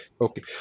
Okay